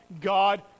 God